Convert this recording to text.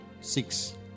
Six